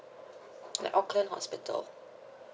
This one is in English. like auckland hospital